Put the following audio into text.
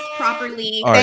Properly